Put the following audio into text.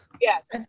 yes